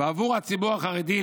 ועבור הציבור החרדי,